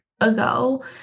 ago